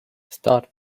start